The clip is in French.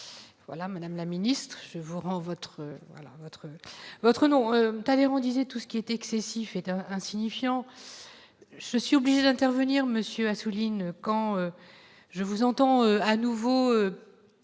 voilà, Madame la Ministre, je vous rends votre votre votre nom Talleyrand disait tout ce qui est excessif est un insignifiant, je suis obligé d'intervenir, monsieur Assouline quand je vous entends à nouveau